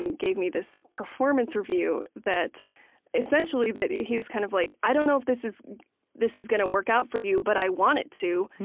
and gave me this performance review that essentially, he was kind of like, i don't know if this is this is gonna work out for you, but i want it to.